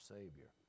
Savior